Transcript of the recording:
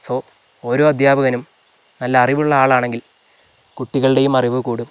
so ഓരോ അദ്ധ്യാപകനും നല്ല അറിവുള്ള ആളാണെങ്കിൽ കുട്ടികളുടേയും അറിവ് കൂടും